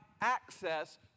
access